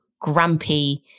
grumpy